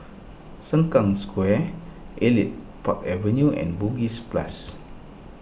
Sengkang Square Elite Park Avenue and Bugis Plus